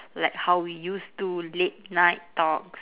like how we used to late night talks